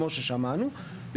כמו ששמענו,